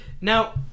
Now